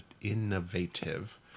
innovative